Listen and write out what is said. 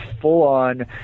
full-on